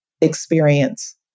experience